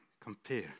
compare